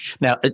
now